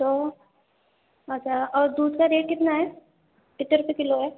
تو اچھا اور دودھ کا ریٹ کتنا ہے کتّے روپئے کلو ہے